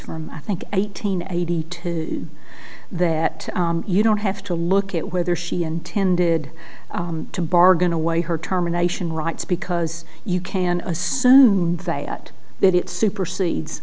from i think eighteen eighty two that you don't have to look at whether she intended to bargain away her terminations rights because you can assume that that it supersedes